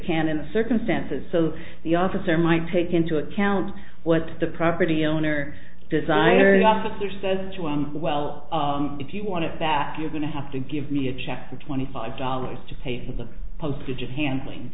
can in the circumstances so the officer might take into account what the property owner desires officer says to him well if you want it back you're going to have to give me a check for twenty five dollars to pay for the postage and handling